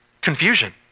confusion